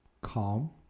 Calm